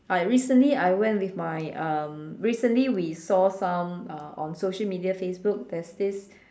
I recently I went with my um recently we saw some uh on social media Facebook there's is